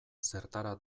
zertara